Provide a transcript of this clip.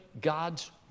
God's